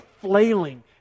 flailing